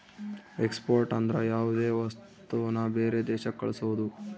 export ಅಂದ್ರ ಯಾವ್ದೇ ವಸ್ತುನ ಬೇರೆ ದೇಶಕ್ ಕಳ್ಸೋದು